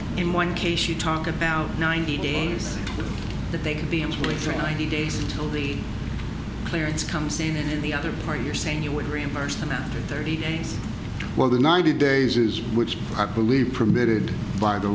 in one case you talk about ninety days that they could be complete for ninety days until the clearance comes seen in the other or you're saying you would reimburse them after thirty days while the ninety days is which i believe permitted by the